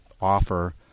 offer